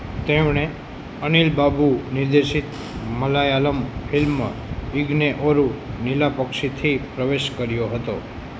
તેમણે અનિલબાબુ નિર્દેશિત મલાયાલમ ફિલ્મ ઈંગને ઓરુ નીલાપક્ષીથી પ્રવેશ કર્યો હતો